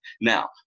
Now